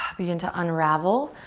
ah begin to unravel.